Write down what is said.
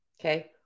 Okay